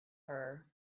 her